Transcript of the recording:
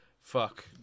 fuck